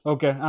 Okay